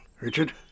Richard